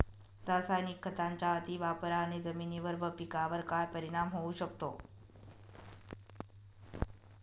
रासायनिक खतांच्या अतिवापराने जमिनीवर व पिकावर काय परिणाम होऊ शकतो?